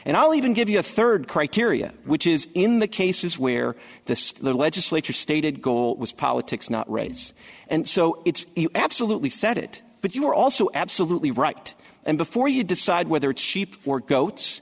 and i'll even give you a third criteria which is in the cases where the legislature stated goal was politics not rates and so it's absolutely set it but you were also absolutely right and before you decide whether it's sheep or goats